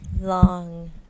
long